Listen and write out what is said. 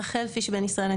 רחל פיש בן ישראל.